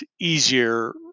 easier